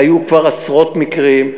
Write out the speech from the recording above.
היו כבר עשרות מקרים,